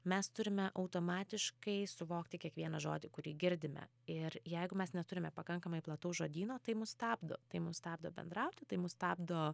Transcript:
mes turime automatiškai suvokti kiekvieną žodį kurį girdime ir jeigu mes neturime pakankamai plataus žodyno tai mus stabdo tai mus stabdo bendrauti tai mus stabdo